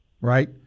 right